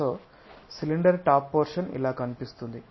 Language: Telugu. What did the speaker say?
సొ సిలిండర్ టాప్ పోర్షన్ ఇలా కనిపిస్తుంది